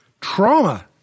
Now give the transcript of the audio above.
trauma